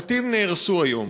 הבתים נהרסו היום.